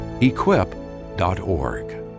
equip.org